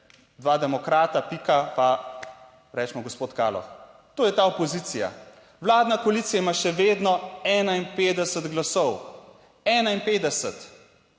dva demokrata, pika, pa recimo gospod Kaloh. To je ta opozicija. Vladna koalicija ima še vedno 51 glasov, 51